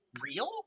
real